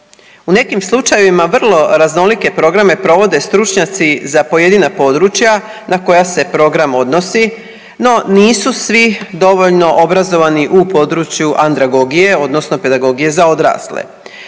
U nekim slučajevima vrlo raznolike programe provode stručnjaci za pojedina područja na koja se program odnosi, no nisu svi dovoljno obrazovani u području andragogije odnosno pedagogije za odrasle.